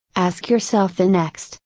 ask yourself the next,